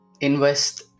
invest